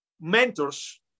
mentors